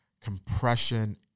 compression